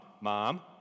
mom